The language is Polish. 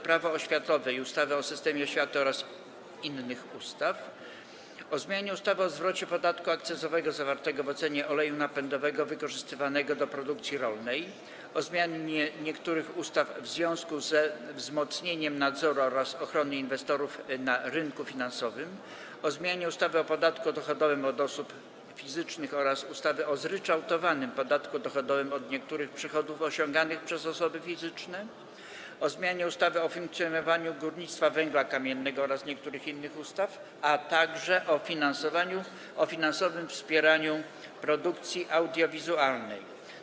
Prawo oświatowe i ustawy o systemie oświaty oraz innych ustaw, - o zmianie ustawy o zwrocie podatku akcyzowego zawartego w cenie oleju napędowego wykorzystywanego do produkcji rolnej, - o zmianie niektórych ustaw w związku ze wzmocnieniem nadzoru oraz ochrony inwestorów na rynku finansowym, - o zmianie ustawy o podatku dochodowym od osób fizycznych oraz ustawy o zryczałtowanym podatku dochodowym od niektórych przychodów osiąganych przez osoby fizyczne, - o zmianie ustawy o funkcjonowaniu górnictwa węgla kamiennego oraz niektórych innych ustaw, - o finansowym wspieraniu produkcji audiowizualnej.